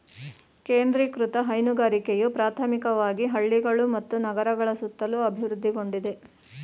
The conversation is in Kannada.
ಕೇಂದ್ರೀಕೃತ ಹೈನುಗಾರಿಕೆಯು ಪ್ರಾಥಮಿಕವಾಗಿ ಹಳ್ಳಿಗಳು ಮತ್ತು ನಗರಗಳ ಸುತ್ತಲೂ ಅಭಿವೃದ್ಧಿಗೊಂಡಿದೆ